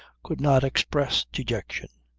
could not express dejection.